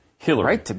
Hillary